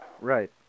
Right